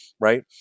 right